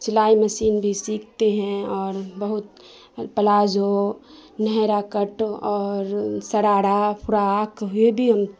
سلائی مشین بھی سیکھتے ہیں اور بہت پلازو نہرا کٹ اور شرارا فراک یہ بھی ہم